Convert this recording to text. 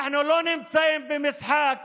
אנחנו לא נמצאים במשחק